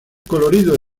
colorido